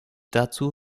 dazu